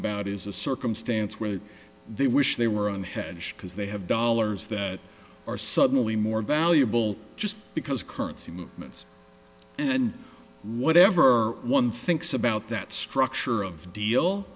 about is a circumstance where they wish they were on hedge because they have dollars that are suddenly more valuable just because currency movements and whatever one thinks about that structure of